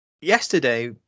yesterday